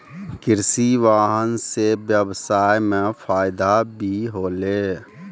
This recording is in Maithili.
कृषि वाहन सें ब्यबसाय म फायदा भी होलै